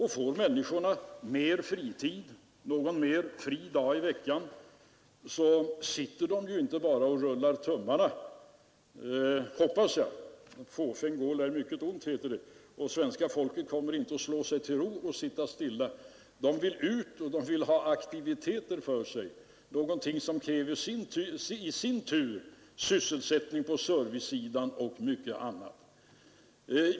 Och får människorna mer fritid, någon mer fri dag i veckan, så sitter de ju inte bara och rullar tummarna, hoppas jag. Fåfäng gå lär mycket ont, heter det, och svenska folket kommer inte att slå sig till ro med att sitta stilla. Människorna vill ut, de vill ha aktivitet, något som i sin tur kräver sysselsättning på servicesidan och mycket annat.